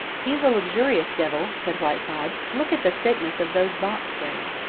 he's a luxurious devil, said whiteside. look at the thickness of those box springs.